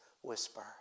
whisper